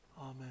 Amen